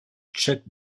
chuck